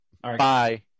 Bye